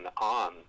on